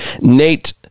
Nate